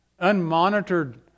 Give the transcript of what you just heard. unmonitored